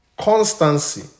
Constancy